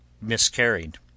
miscarried